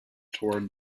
toward